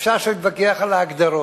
אפשר עכשיו להתווכח על ההגדרות,